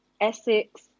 Essex